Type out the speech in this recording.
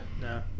No